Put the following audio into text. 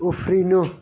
उफ्रिनु